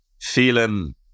feeling